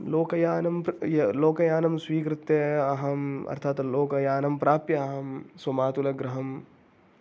लोकयानं लोकयानं स्वीकृत्य अहम् अर्थात् लोकयानं प्राप्य अहं स्वमातुलगृहम्